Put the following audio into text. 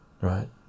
right